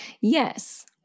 Yes